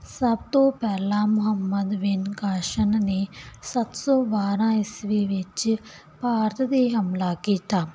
ਸਭ ਤੋਂ ਪਹਿਲਾਂ ਮੁਹਮੰਦ ਬਿਨ ਕਾਸਿਮ ਨੇ ਸੱਤ ਸੌ ਬਾਰ੍ਹਾਂ ਇਸਵੀ ਵਿੱਚ ਭਾਰਤ 'ਤੇ ਹਮਲਾ ਕੀਤਾ